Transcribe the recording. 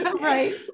Right